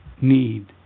need